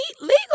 legal